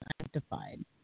identified